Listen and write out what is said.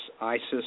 ISIS